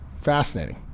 fascinating